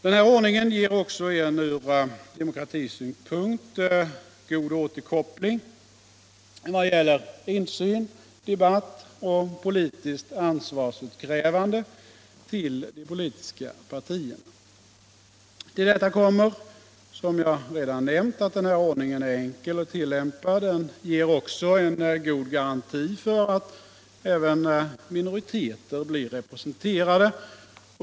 Denna ordning ger också en från demokratisynpunkt god återkoppling till de politiska partierna vad gäller insyn, debatt och politiskt ansvarsutkrävande. Till detta kommer, som jag redan nämnt, att den är enkel att tillämpa. Den ger också en god garanti för att även minoriteter blir representerade.